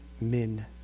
men